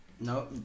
No